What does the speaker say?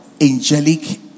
angelic